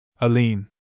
Aline